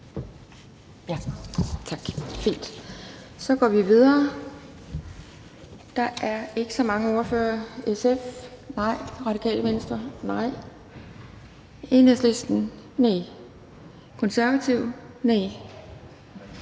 Tak, formand. Så går vi videre. Der er ikke så mange ordførere. SF? Nej. Radikale Venstre? Nej. Enhedslisten? Næh. Konservative? Næh.